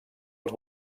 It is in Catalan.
els